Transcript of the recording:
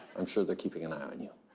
i'm sure they're keeping an eye on you.